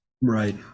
Right